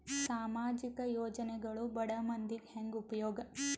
ಸಾಮಾಜಿಕ ಯೋಜನೆಗಳು ಬಡ ಮಂದಿಗೆ ಹೆಂಗ್ ಉಪಯೋಗ?